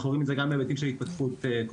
אנחנו רואים את זה גם בהיבטים של התפתחות קוגניטיבית,